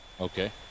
Okay